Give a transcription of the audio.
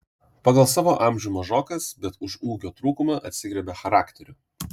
pagal savo amžių mažokas bet už ūgio trūkumą atsigriebia charakteriu